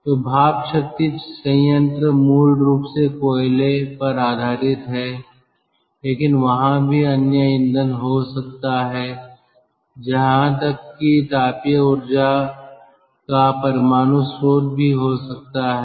तो भाप शक्ति संयंत्र मूल रूप से कोयले पर आधारित है लेकिन वहाँ भी अन्य ईंधन हो सकता है यहां तक कि तापीय ऊर्जा का परमाणु स्रोत भी हो सकता है